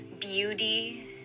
beauty